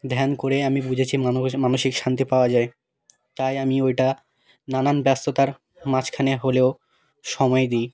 ধ্যান করে আমি বুঝেছি মনবেশে মানসিক শান্তি পাওয়া যায় তাই আমি ওইটা নানান ব্যস্ততার মাঝখানে হলেও সময় দিই